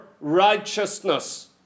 righteousness